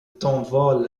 tanvol